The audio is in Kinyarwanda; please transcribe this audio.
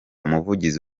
umuvugizi